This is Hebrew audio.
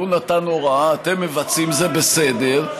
הוא נתן הוראה ואתם מבצעים, וזה בסדר.